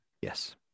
yes